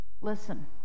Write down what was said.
Listen